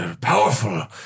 powerful